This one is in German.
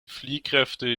fliehkräfte